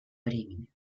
времени